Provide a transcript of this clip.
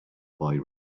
boy